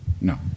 No